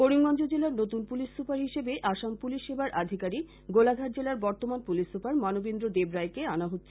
করিমগঞ্জ জেলার নতুন police super হিসেবে আসাম পুলিশ সেবার আধিকারিক গোলাঘাট জেলার বর্তমান পুলিশ সুপার মানবেন্দ্র দেবরায়কে আনা হচ্ছে